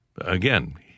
again